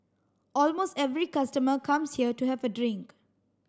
almost every customer comes here to have a drink